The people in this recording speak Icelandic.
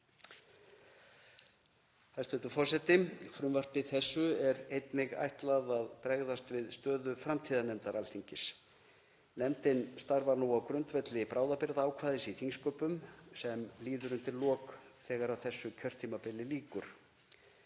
Hæstv. forseti. Frumvarpi þessu er einnig ætlað að bregðast við stöðu framtíðarnefndar Alþingis. Nefndin starfar nú á grundvelli bráðabirgðaákvæðis í þingsköpum sem líður undir lok þegar þessu kjörtímabili lýkur.